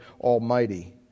Almighty